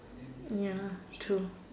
ya true